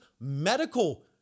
medical